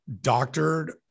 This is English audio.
doctored